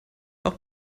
auch